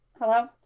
Hello